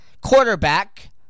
quarterback